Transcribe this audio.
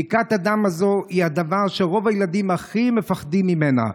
בדיקת הדם הזו היא הדבר שרוב הילדים הכי מפחדים ממנו,